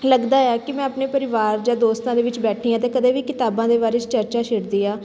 ਲੱਗਦਾ ਆ ਕਿ ਮੈਂ ਆਪਣੇ ਪਰਿਵਾਰ ਜਾਂ ਦੋਸਤਾਂ ਦੇ ਵਿੱਚ ਬੈਠੀ ਹਾਂ ਅਤੇ ਕਦੇ ਵੀ ਕਿਤਾਬਾਂ ਦੇ ਬਾਰੇ 'ਚ ਚਰਚਾ ਛਿੜਦੀ ਆ